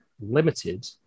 limited